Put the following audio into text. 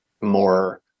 more